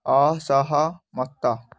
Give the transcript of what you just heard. ଅସହମତ